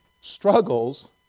struggles